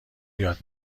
یاد